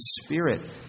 Spirit